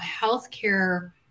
healthcare